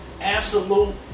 absolute